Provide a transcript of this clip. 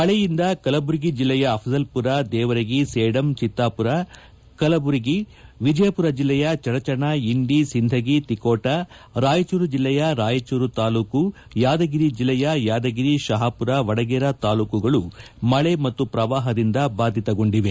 ಮಳೆಯಿಂದ ಕಲಬುರಗಿ ಜಿಲ್ಲೆಯ ಅಪ್ಲಲ್ಪುರ ದೇವರಗಿ ಸೇಡಂ ಚಿತ್ನಾಪುರ ಕಲಬುರಗಿ ವಿಜಯಪುರ ಜಿಲ್ಲೆಯ ಚಡಚಣಾ ಇಂಡಿ ಸಿಂಧಗಿ ತಿಕೋಟ ರಾಯಚೂರು ಜೆಲ್ಲೆಯ ರಾಯಚೂರು ತಾಲೂಕು ಯಾದಗಿರಿ ಜೆಲ್ಲೆಯ ಯಾದಗಿರಿ ಶಾಪಪುರ ವಡಗೇರ ತಾಲೂಕುಗಳು ಮಳೆ ಮತ್ತು ಶ್ರವಾಪದಿಂದ ಬಾಧಿತಗೊಂಡಿದೆ